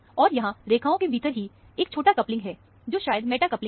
और यहां रेखाओं के भीतर ही यहां एक छोटा कपलिंग है जो शायद मैटा कपलिंग है